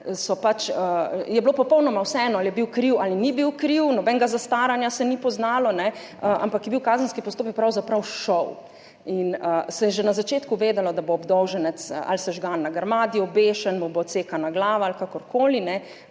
je bilo popolnoma vseeno, ali je bil kriv ali ni bil kriv, nobenega zastaranja se ni poznalo, ampak je bil kazenski postopek pravzaprav šov in se je že na začetku vedelo, da bo obdolženec ali sežgan na grmadi, obešen, mu bo odsekana glava ali kakorkoli.